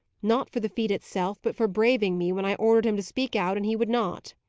not for the feat itself, but for braving me, when i ordered him to speak out, and he would not.